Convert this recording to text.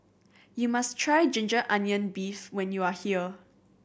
you must try ginger onion beef when you are here